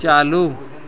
चालू